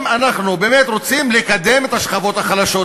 אם אנחנו באמת רוצים לקדם את השכבות החלשות,